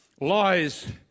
lies